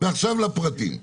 ועכשיו לפרטים.